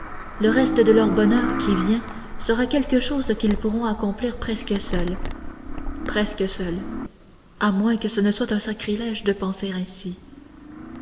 le reste de leur bonheur qui vient sera quelque chose quels pourront accomplir presque seuls presque seuls à moins que ce ne soit sacrilège de penser ainsi